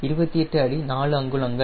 28 அடி 4 அங்குலங்கள்